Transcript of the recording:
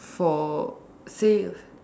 for say